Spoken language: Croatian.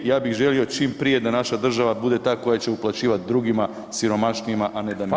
Ja bi želio čim prije da naša država bude ta koja će uplaćivati drugima siromašnijima, a ne da mi to